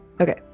Okay